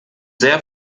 sehr